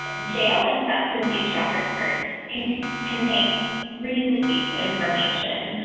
and j ah and substance use records contain ah release information.